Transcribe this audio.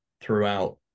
throughout